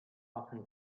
often